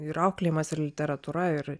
ir auklėjimas ir literatūra ir